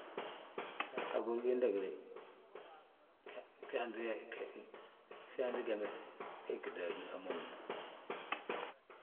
A gihúri giinda ge de, gsaanti ge, gsaanti geme.